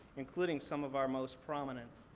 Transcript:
including some of our most prominent.